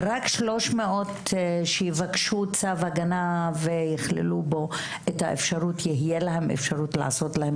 רק 300 שיבקשו צו הגנה ויכללו בו את האפשרות לעשות להם